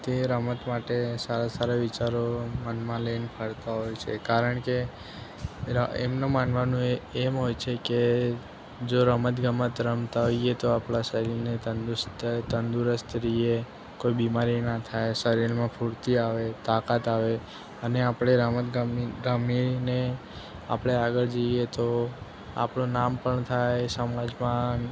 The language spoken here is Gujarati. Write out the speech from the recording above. તે રમત માટે સારા સારા વિચારો મનમાં લઈ ફરતા હોય છે કારણ કે એમનું માનવાનું એમ હોય છે કે જો રમત ગમત રમતા હોઈએ તો આપણા શરીરને તંદુસ્ત તંદુરસ્ત રહીએ કોઈ બીમાર ન થાય શરીરમાં સ્ફૂર્તિ આવે તાકાત આવે અને આપણે રમત ગમત ગમીને આપણે આગળ જઈએ તો આપણું નામ પણ થાય સમાજમાં